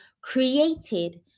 created